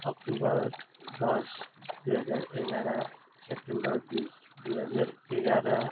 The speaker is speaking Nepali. अक्टोबर दस दुई हजार एघार सेप्टेम्बर बिस दुई हजार एघार